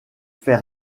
fait